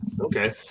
Okay